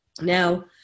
Now